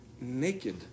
naked